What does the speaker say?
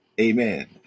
Amen